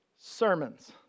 sermons